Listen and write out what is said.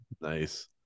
nice